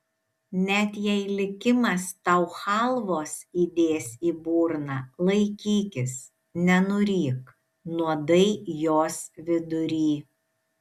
net jei likimas tau chalvos įdės į burną laikykis nenuryk nuodai jos vidury